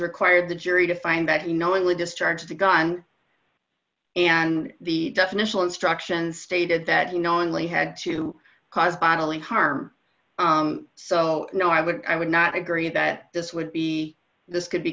require the jury to find that knowingly discharge of a gun and the definition instructions stated that you knowingly had to cause bodily harm so no i would i would not agree that this would be this could be